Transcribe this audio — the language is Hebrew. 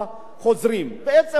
מה שאנחנו באים ואומרים: רבותי,